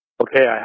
Okay